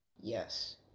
Yes